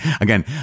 Again